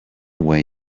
way